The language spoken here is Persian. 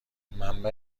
منبع